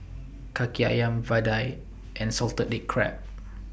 Kaki Ayam Vadai and Salted Egg Crab